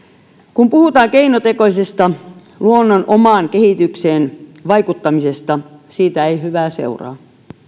kun puhutaan keinotekoisesta luonnon omaan kehitykseen vaikuttamisesta siitä ei hyvää seuraa